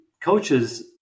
coaches